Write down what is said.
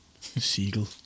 seagull